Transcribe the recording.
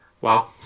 Wow